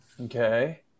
Okay